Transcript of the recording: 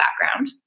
background